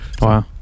Wow